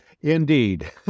indeed